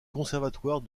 conservatoire